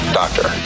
doctor